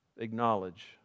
acknowledge